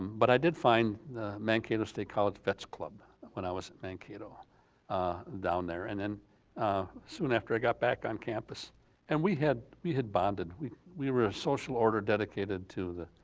but i did find the mankato state college vets club when i was at mankato down there. and then soon after i got back on campus and we had we had bonded, we we were a social order dedicated to the,